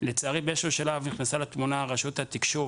לצערי באיזה שהוא שלב נכנסה לתמונה רשות התקשוב